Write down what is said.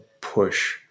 push